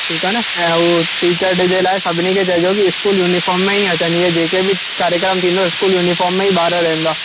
ठीकु आहे न ऐं हो टीचर डे जे लाइ सभिनी खे चइजो की इस्कूल यूनिफॉर्म में ई अचनि ईअं जेके बि कार्यक्रम थींदो इस्कूल यूनिफॉर्म में ई ॿार रहंदा